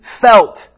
felt